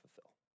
fulfill